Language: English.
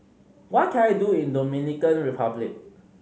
what can I do in Dominican Republic